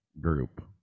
group